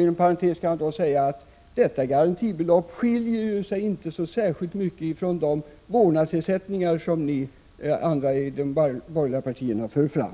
Inom parentes kan jag säga att det garantibeloppet till storleken inte skiljer så mycket från de vårdnadsersättningar som ni i de borgerliga partierna för fram.